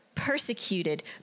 persecuted